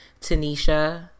Tanisha